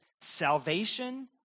Salvation